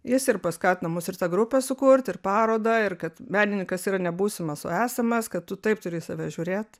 jis ir paskatino mus ir tą grupę sukurt ir parodą ir kad menininkas yra ne būsimas o esamas kad tu taip turi į save žiūrėt